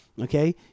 okay